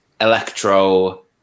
electro